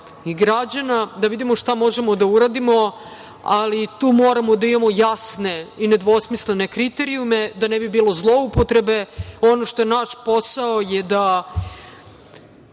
i građana, da vidimo šta možemo da uradimo, ali tu moramo da imamo jasne i nedvosmislene kriterijume da ne bi bilo zloupotrebe. Ono što je naš posao jeste